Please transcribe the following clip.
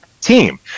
team